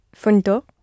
fundo